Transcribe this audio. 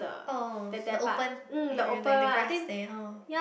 oh the open area like the grass there